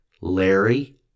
Larry